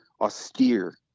austere